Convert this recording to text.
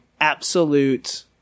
absolute